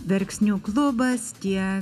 verksnių klubas tie